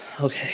Okay